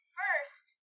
first